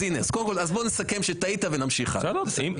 בוא נסכם שטעית ונמשיך הלאה.